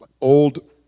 old